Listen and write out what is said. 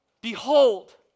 behold